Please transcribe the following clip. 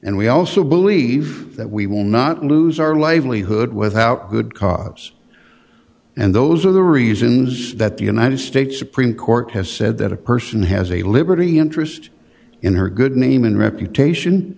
and we also believe that we will not lose our livelihood without good cause and those are the reasons that the united states supreme court has said that a person has a liberty interest in her good name and reputation